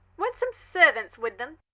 weren't some servants with them?